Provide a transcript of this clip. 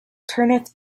turneth